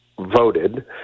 voted